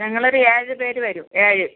ഞങ്ങൾ ഒരു ഏഴ് പേര് വരും ഏഴ്